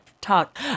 talk